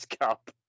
Cup